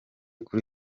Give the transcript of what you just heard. kuri